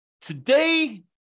Today